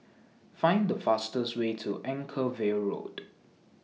Find The fastest Way to Anchorvale Road